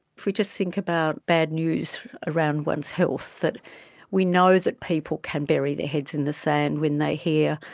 if we just think about bad news around one's health, that we know that people can bury their heads in the sand when they hear,